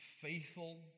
faithful